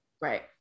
Right